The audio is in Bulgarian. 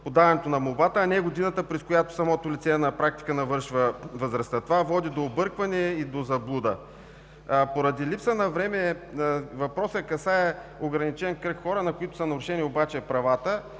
подаването на молбата, а не годината, през която самото лице на практика навършва възрастта. Това води до объркване и до заблуда. Поради липса на време, въпросът касае ограничен кръг хора, на които са нарушени обаче правата.